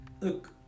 Look